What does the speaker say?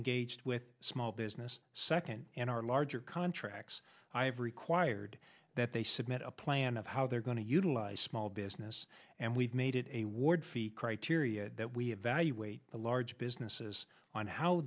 engaged with small business second in our larger contracts i've required that they submit a plan of how they're going to utilize small business and we've made it a ward fee criteria that we evaluate the large businesses on how